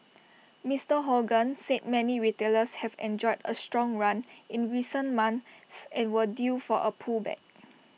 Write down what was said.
Mister Hogan said many retailers have enjoyed A strong run in recent months and were due for A pullback